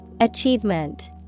Achievement